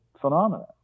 Phenomena